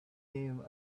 him